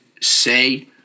say